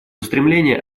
стремление